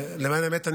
למען האמת,